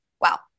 Wow